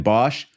Bosch